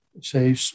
say